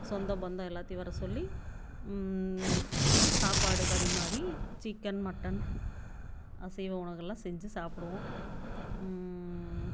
சொந்த பந்தம் எல்லாத்தையும் வர சொல்லி சாப்பாடு பரிமாறி சிக்கன் மட்டன் அசைவ உணவுகள் எல்லாம் செஞ்சு சாப்பிடுவோம்